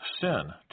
sin